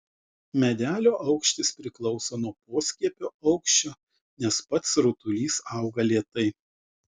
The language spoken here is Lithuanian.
medelio aukštis priklauso nuo poskiepio aukščio nes pats rutulys auga lėtai